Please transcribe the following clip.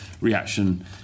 reaction